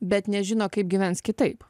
bet nežino kaip gyvens kitaip